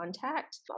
contact